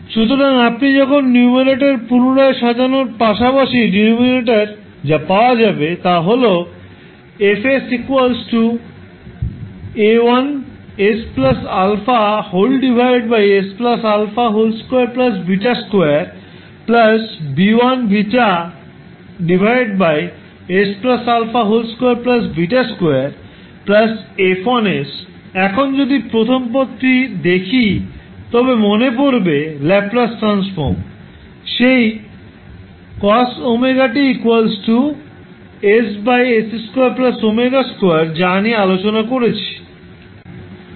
সুতরাং আপনি যখন নিউমারেটর পুনরায় সাজানোর পাশাপাশি ডিনোমিনেটর যা পাওয়া যাবে তা হল এখন প্রথম পদটি দেখলেই মনে পড়বে সেই ল্যাপ্লাস ট্রান্সফর্ম সেই cos 𝑤𝑡 ⇔ যা নিয়ে আলোচনা করেছি